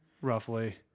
roughly